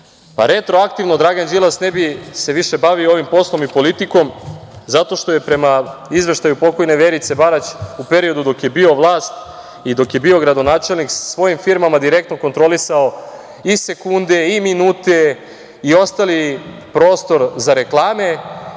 poslom. Retroaktivno, Dragan Đilas ne bi se više bavio ovim poslom i politikom zato što je prema izveštaju pokojne Verice Barać u periodu dok je bio vlast i dok je bio gradonačelnik, sa svojim firmama direktno kontrolisao i sekunde, minute i ostali prostor za reklame